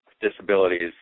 disabilities